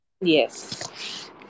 yes